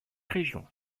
région